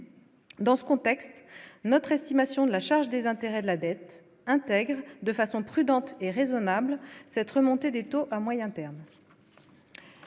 dans ce contexte, notre estimation de la charge des intérêts de la dette intègre de façon prudente et raisonnables cette remontée des taux à moyen terme,